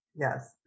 yes